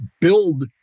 build